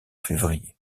février